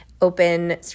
open